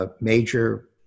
major